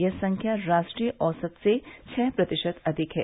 यह संख्या राष्ट्रीय औसत से छः प्रतिशत अधिक है